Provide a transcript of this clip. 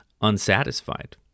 unsatisfied